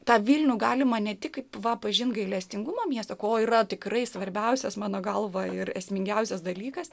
tą vilnių galima ne tik kaip va pažint gailestingumo miestą ko yra tikrai svarbiausias mano galva ir esmingiausias dalykas